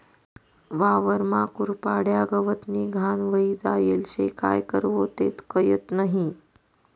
वावरमा कुरपाड्या, गवतनी घाण व्हयी जायेल शे, काय करवो तेच कयत नही?